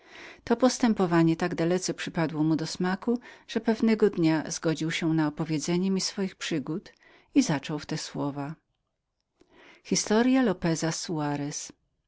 to postępowanie tak dalece przypadło mu do smaku że pewnego dnia zgodził się na opowiedzenie mi swoich przygód i zaczął w te słowa